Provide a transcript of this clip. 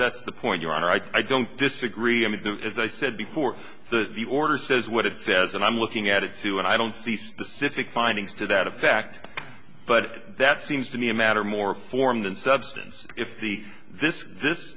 that's the point your honor i don't disagree i mean as i said before the order says what it says and i'm looking at it too and i don't see specific findings to that effect but that seems to be a matter more form than substance if the this this